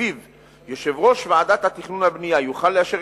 שלפיו יושב-ראש ועדת התכנון והבנייה יוכל לאשר